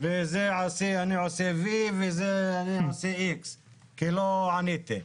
וזה אני עושה "וי" וזה אני עושה X. כי לא עניתם.